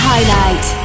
Highlight